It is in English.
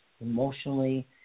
emotionally